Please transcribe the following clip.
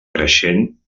creixent